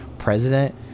president